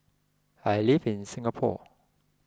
I live in Singapore